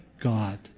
God